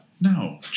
No